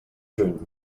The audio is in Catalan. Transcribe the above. juny